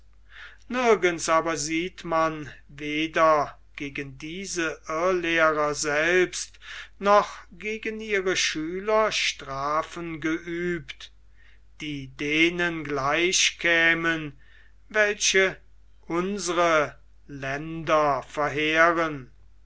nirgends aber sieht man weder gegen diese irrlehrer selbst noch gegen ihre schüler strafen geübt die denen gleich kämen welche unsre länder verheeren